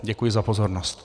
Děkuji za pozornost.